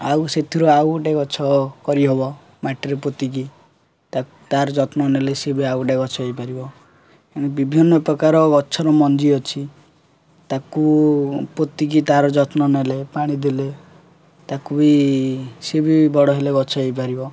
ଆଉ ସେଥିରୁ ଆଉ ଗୋଟେ ଗଛ କରିହବ ମାଟିରେ ପୋତିକି ତା ତା'ର ଯତ୍ନ ନେଲେ ସିଏ ବି ଆଉ ଗୋଟେ ଗଛ ହେଇପାରିବ ଏ ବିଭିନ୍ନ ପ୍ରକାର ଗଛର ମଞ୍ଜି ଅଛି ତାକୁ ପୋତିକି ତା'ର ଯତ୍ନ ନେଲେ ପାଣି ଦେଲେ ତାକୁ ବି ସିଏ ବି ବଡ଼ ହେଲେ ଗଛ ହେଇପାରିବ